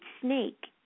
snake